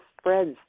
spreads